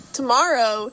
tomorrow